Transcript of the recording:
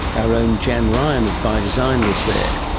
our own janne ryan of by design was there.